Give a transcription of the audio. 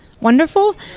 wonderful